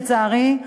לצערי,